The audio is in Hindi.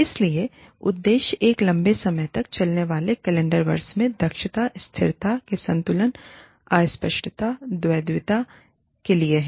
इसलिए उद्देश्य एक लंबे समय तक चलने वाले कैलेंडर वर्ष में दक्षता और स्थिरता के संतुलन अस्पष्टता और द्वैतता के लिए हैं